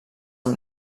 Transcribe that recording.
amb